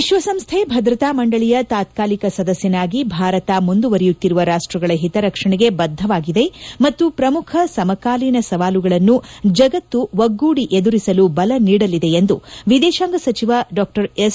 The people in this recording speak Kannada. ವಿಶ್ವಸಂಸ್ಥೆ ಭದ್ರತಾ ಮಂಡಳಿಯ ತಾತ್ಕಾಲಿಕ ಸದಸ್ಯನಾಗಿ ಭಾರತ ಮುಂದುವರೆಯುತ್ತಿರುವ ರಾಷ್ವಗಳ ಹಿತರಕ್ಷಣೆಗೆ ಬದ್ದವಾಗಿದೆ ಮತ್ತು ಪ್ರಮುಖ ಸಮಕಾಲೀನ ಸವಾಲುಗಳನ್ನು ಜಗತ್ತು ಒಗ್ಗೂಡಿ ಎದುರಿಸಲು ಬಲ ನೀಡಲಿದೆ ಎಂದು ವಿದೇಶಾಂಗ ಸಚಿವ ಡಾ ಎಸ್